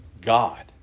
God